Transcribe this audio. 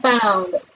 found